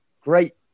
great